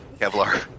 Kevlar